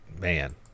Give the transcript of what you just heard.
man